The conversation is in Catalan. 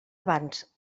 abans